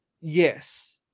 yes